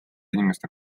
inimeste